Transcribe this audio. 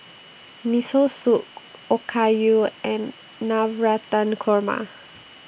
Miso Soup Okayu and Navratan Korma